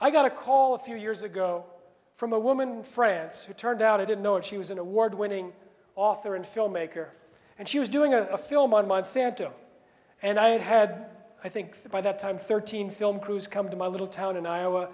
i got a call a few years ago from a woman friends who turned out it had known she was an award winning author and filmmaker and she was doing a film on monsanto and i had i think by that time thirteen film crews come to my little town in iowa